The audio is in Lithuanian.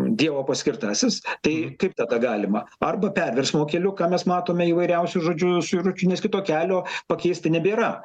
dievo paskirtasis tai kaip tada galima arba perversmo keliu ką mes matome įvairiausių žodžiu suiručių nes kito kelio pakeisti nebėra